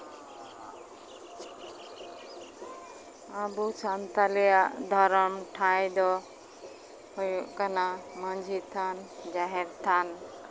ᱟᱵᱚ ᱥᱟᱱᱛᱟᱲᱤᱭᱟᱜ ᱫᱷᱚᱨᱚᱢ ᱴᱷᱟᱸᱭ ᱫᱚ ᱦᱩᱭᱩᱜ ᱠᱟᱱᱟ ᱢᱟᱹᱡᱷᱤ ᱛᱷᱟᱱ ᱡᱟᱦᱮᱨ ᱛᱷᱟᱱ